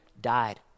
died